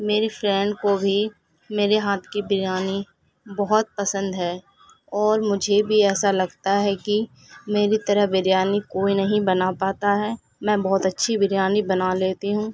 میری فرینڈ کو بھی میرے ہاتھ کی بریانی بہت پسند ہے اور مجھے بھی ایسا لگتا ہے کہ میری طرح بریانی کوئی نہیں بنا پاتا ہے میں بہت اچھی بریانی بنا لیتی ہوں